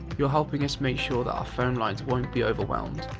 you're helping us make sure that our phone lines won't be overwhelmed,